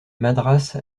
madras